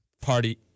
party